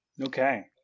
Okay